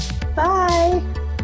Bye